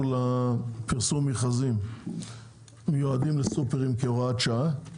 לפרסום מכרזים המיועדים לסופרים כהוראת שעה,